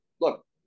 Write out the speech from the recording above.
Look